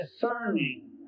discerning